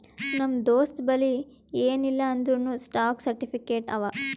ನಮ್ ದೋಸ್ತಬಲ್ಲಿ ಎನ್ ಇಲ್ಲ ಅಂದೂರ್ನೂ ಸ್ಟಾಕ್ ಸರ್ಟಿಫಿಕೇಟ್ ಅವಾ